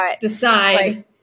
decide